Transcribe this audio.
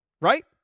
right